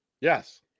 Yes